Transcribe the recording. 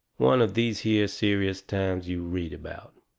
one of these here serious times you read about.